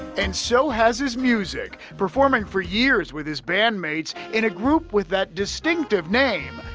and so has his music. performing for years with his bandmates in a group with that distinctive name,